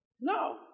No